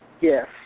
yes